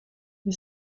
wir